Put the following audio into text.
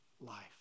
life